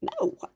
no